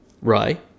rye